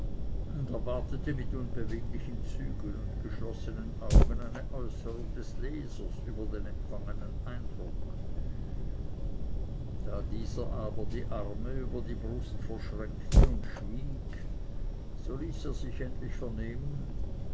erwartete mit unbeweglichen zügen und geschlossenen augen eine äußerung des lesers über den empfangenen eindruck da dieser aber die arme über die brust verschränkte und schwieg so ließ er sich endlich vernehmen